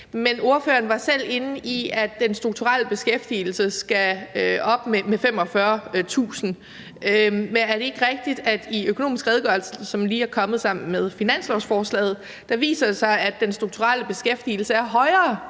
i. Ordføreren var selv inde på, at den strukturelle beskæftigelse skal op med 45.000 personer. Men er det ikke rigtigt, at med Økonomisk Redegørelse, som lige er kommet sammen med finanslovsforslaget, viser det sig, at den strukturelle beskæftigelse er højere,